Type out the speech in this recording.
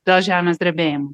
dėl žemės drebėjimų